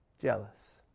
jealous